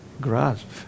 grasp